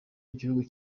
igihugu